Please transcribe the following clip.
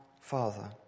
Father